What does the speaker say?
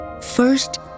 first